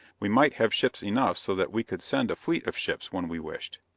we might have ships enough so that we could send a fleet of ships when we wished.